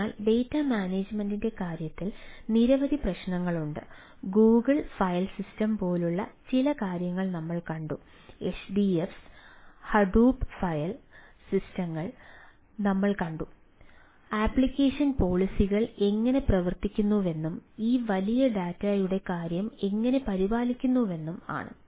അതിനാൽ ഡാറ്റ മാനേജുമെന്റിന്റെ കാര്യത്തിൽ നിരവധി പ്രശ്നങ്ങളുണ്ട് ഗൂഗിൾ ഫയൽ സിസ്റ്റം നമ്മൾ കണ്ടത് ആപ്ലിക്കേഷൻ പോളിസികൾ എങ്ങനെ പ്രവർത്തിക്കുന്നുവെന്നും ഈ വലിയ ഡാറ്റായുടെ കാര്യം എങ്ങനെ പരിപാലിക്കുന്നുവെന്നും ആണ്